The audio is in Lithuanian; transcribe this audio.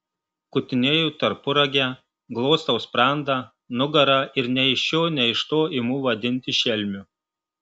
kutinėju tarpuragę glostau sprandą nugarą ir nei iš šio nei iš to imu vadinti šelmiu